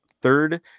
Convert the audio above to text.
third